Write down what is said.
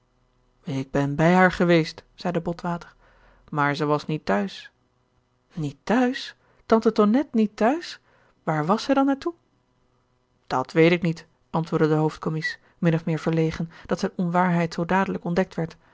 ik ben bij haar geweest zeide botwater maar zij was niet t'huis niet t'huis tante tonnette niet t'huis waar was zij dan naar toe gerard keller het testament van mevrouw de tonnette dat weet ik niet antwoordde de hoofdcommies min of meer verlegen dat zijn onwaarheid zoo dadelijk ontdekt werd